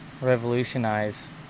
revolutionize